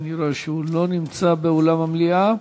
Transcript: אני רואה שהוא לא נמצא באולם המליאה,